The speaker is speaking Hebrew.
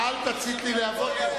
אל תציתי להבות פה.